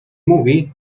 mówi